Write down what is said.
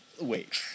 Wait